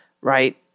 right